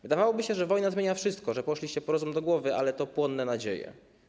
Wydawałoby się, że wojna zmienia wszystko, że poszliście po rozum do głowy, ale to płonne nadzieje.